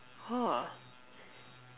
!whoa!